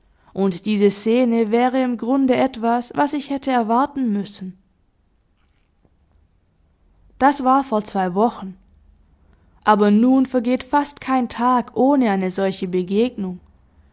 und diese szene wäre im grunde etwas was ich hätte erwarten müssen das war vor zwei wochen aber nun vergeht fast kein tag ohne eine solche begegnung